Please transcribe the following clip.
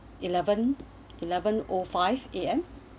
eleven eleven o five A_M